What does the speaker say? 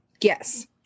Yes